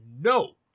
no